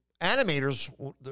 animators